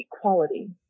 equality